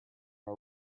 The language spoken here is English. are